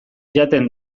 jaten